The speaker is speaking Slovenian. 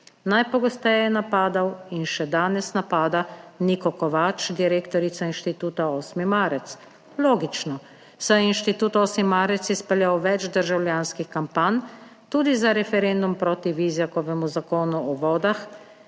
Najpogosteje je napadal in še danes napada Niko Kovač, direktorica Inštituta 8. marec, logično, saj je Inštitut 8. marec izpeljal več državljanskih kampanj, tudi za referendum proti Vizjakovemu zakonu o vodah,